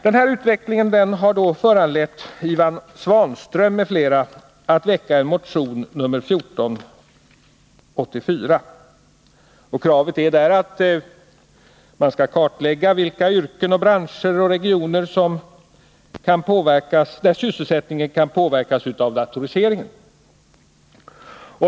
Den här utvecklingen har föranlett Ivan Svanström m.fl. att väcka motionen 1484. I den motionen krävs att man skall kartlägga i vilka yrken, branscher och regioner som sysselsättningen kan påverkas av datoriseringen.